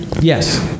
Yes